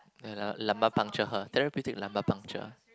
lumbar puncture her therapeutic lumbar puncture